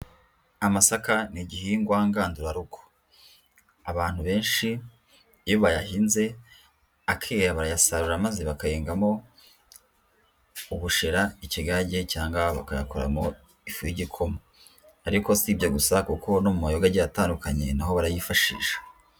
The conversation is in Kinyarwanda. Amasaka ni igihingwa ngandurarugo, abantu benshi iyo bayahinze akera yarayasarura maze bakayengamo: ubushera, ikigage cyangwa bakayakoramo ifu y'igikoma, ariko si ibyo gusa kuko no mu mayoga agiye atandukanye naho barayifashisha.